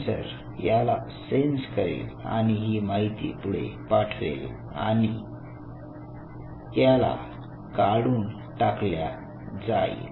sensor याला sense करेल आणि ही माहिती पुढे पाठवेल आणि याला काढून टाकल्या जाईल